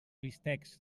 bistecs